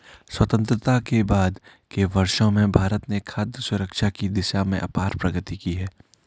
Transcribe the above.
स्वतंत्रता के बाद के वर्षों में भारत ने खाद्य सुरक्षा की दिशा में अपार प्रगति की है